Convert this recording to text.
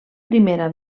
primera